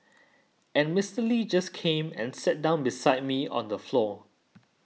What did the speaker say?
and Mister Lee just came and sat down beside me on the floor